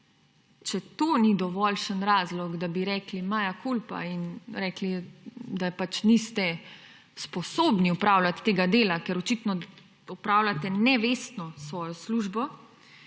Če to ni dovoljšen razlog, da bi rekli mea culpa in da pač niste sposobni opravljati tega dela, ker očitno opravljate nevestno svojo službo,